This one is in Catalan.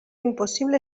impossible